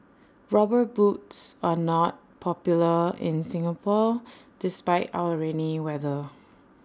rubber boots are not popular in Singapore despite our rainy weather